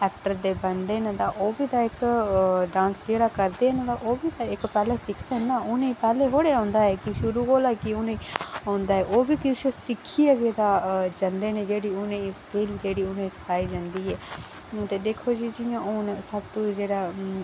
actor तां बनदे न तां ओह्बी इक्क करदे न ते ओह्बी पैह्लें सिखदे न ते पैह्लें थोह्ड़े औंदा कि शुरू कोला औंदा ऐ ते ओह्बी किश सिक्खियै गै जंदे न जेह्ड़ी कि उनेंगी जेह्ड़ी सिखाई जंदी ऐ ते दिक्खो जी हून सब तू जेह्ड़ा